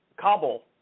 Kabul